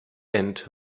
and